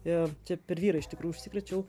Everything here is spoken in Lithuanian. ir čia per vyrą iš tikrųjų užsikrėčiau